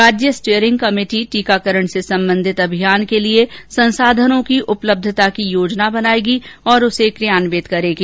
राज्य steering committee टीकाकरण से संबंधित अभियान के लिए संसाधनों की उपलब्धता की योजना बनाएगी और उसे क्रियान्वित करेगी